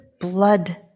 blood